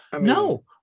No